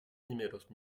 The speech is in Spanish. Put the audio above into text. primeros